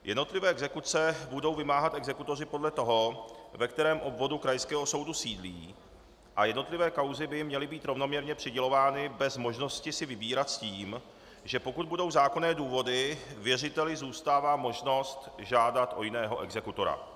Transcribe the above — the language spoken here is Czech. Jednotlivé exekuce budou vymáhat exekutoři podle toho, ve kterém obvodu krajského soudu sídlí, a jednotlivé kauzy by jim měly být rovnoměrně přidělovány bez možnosti si vybírat, s tím že pokud budou zákonné důvody, věřiteli zůstává možnost žádat o jiného exekutora.